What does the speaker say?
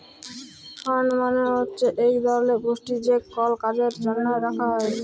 fund মালে হছে ইক ধরলের পুঁজি যেট কল কাজের জ্যনহে রাখা হ্যয়